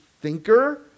thinker